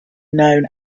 known